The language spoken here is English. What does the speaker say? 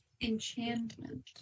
Enchantment